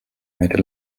made